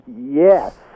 yes